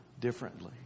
differently